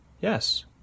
Yes